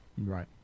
Right